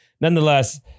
nonetheless